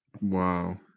Wow